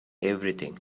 everything